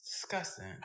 Disgusting